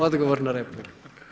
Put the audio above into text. Odgovor na repliku.